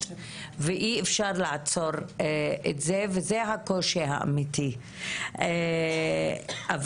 אבל כן אפשר להרתיע מלפני יציאה,